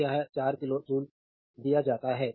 तो यह 4 kilo joule दिया जाता है